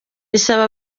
isaba